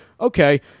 okay